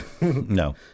no